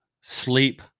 sleep